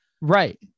Right